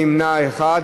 נמנע אחד.